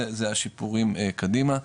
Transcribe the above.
זה השיפורים קדימה.